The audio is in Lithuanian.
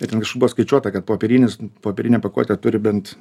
ir ten kažkur buvo skaičiuota kad popierinis popierinė pakuotė turi bent